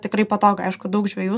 tikrai patogu aišku daug žvejų